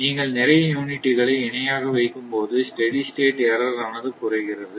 நீங்கள் நிறைய யூனிட்டுகளை இணையாக வைக்கும்போது ஸ்டெடி ஸ்டேட் எர்ரர் ஆனது குறைகிறது